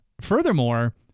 furthermore